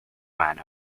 man